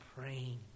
praying